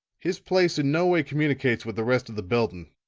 his place in no way communicates with the rest of the building.